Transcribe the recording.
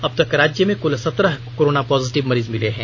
अब तक राज्य में कूल सत्रह कोरोना पॉजिटिव मरीज मिले हैं